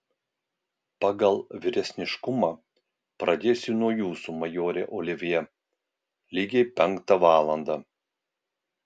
pagal vyresniškumą pradėsiu nuo jūsų majore olivjė lygiai penktą valandą